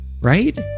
right